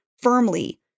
Firmly